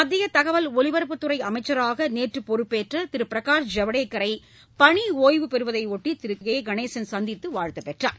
மத்திய தகவல் ஒலிபரப்புத்துறை அமைச்சராக நேற்று பொறுப்பேற்ற திரு பிரகாஷ் ஜவ்டேகரை பணி ஓய்வு பெறுவதையொட்டி திரு கே கணேசன் சந்தித்து வாழ்த்து பெற்றார்